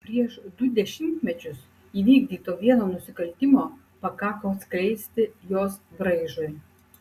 prieš du dešimtmečius įvykdyto vieno nusikaltimo pakako atskleisti jos braižui